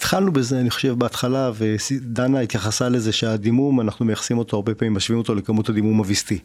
התחלנו בזה, אני חושב, בהתחלה, ודנה התייחסה לזה שהדימום, אנחנו מייחסים אותו הרבה פעמים, משווים אותו לכמות הדימום הויסתי.